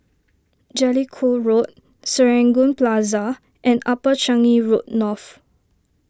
Jellicoe Road Serangoon Plaza and Upper Changi Road North